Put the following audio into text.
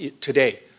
today